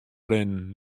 rinnen